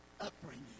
upbringing